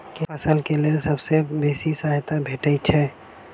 केँ फसल केँ लेल सबसँ बेसी सहायता भेटय छै?